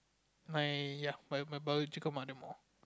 my ya my biological mother more